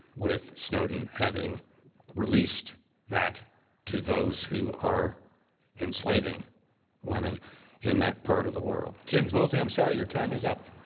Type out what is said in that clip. with snowden having released that to those who are enslaving women in that part of the world. james woolsey, i'm sorry, your time is up.